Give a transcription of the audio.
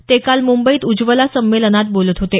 ते काल मुंबईत उज्ज्वला संमेलनात बोलत होते